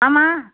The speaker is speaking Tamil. ஆமாம்